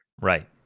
Right